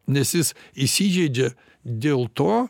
nes jis įsižeidžia dėl to